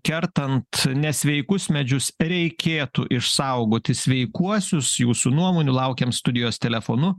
kertant nesveikus medžius reikėtų išsaugoti sveikuosius jūsų nuomonių laukiam studijos telefonu